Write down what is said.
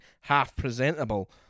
half-presentable